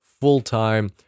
full-time